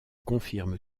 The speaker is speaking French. confirme